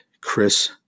Chris